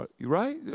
Right